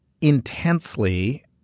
intensely